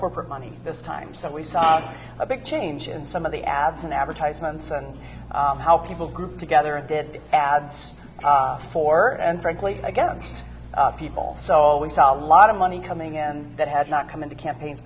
corporate money this time so we saw a big change in some of the ads and advertisements and how people grouped together and did ads for and frankly against people so we saw a lot of money coming in that had not come into campaigns